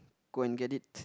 go and get it